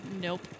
Nope